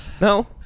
No